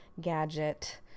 gadget